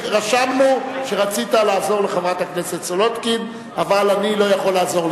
קובע שהצעתה של חברת הכנסת סולודקין בנושא: